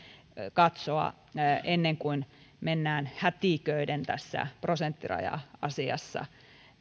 katsoa ennen kuin mennään hätiköiden tässä prosenttiraja asiassa